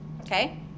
okay